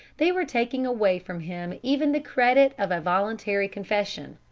they were taking away from him even the credit of voluntary confession.